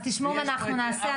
--- אנחנו נקים צוות קטן.